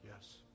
Yes